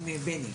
עם בני.